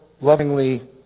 lovingly